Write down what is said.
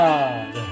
God